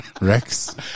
Rex